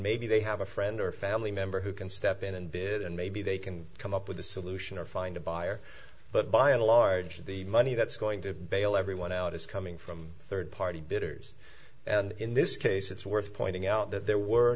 maybe they have a friend or family member who can step in and bid and maybe they can come up with a solution or find a buyer but by and large the money that's going to bail everyone out is coming from third party bidders and in this case it's worth pointing out that there were